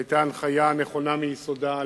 שהיתה הנחיה נכונה מיסודה,